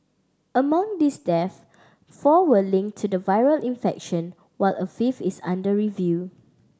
among these deaths four were link to the viral infection while a fifth is under review